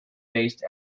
based